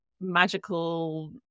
magical